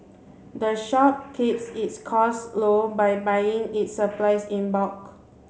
the shop keeps its costs low by buying its supplies in bulk